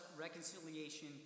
reconciliation